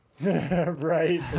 right